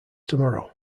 tomorrow